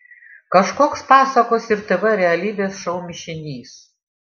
kažkoks pasakos ir tv realybės šou mišinys